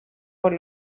por